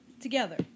Together